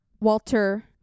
Walter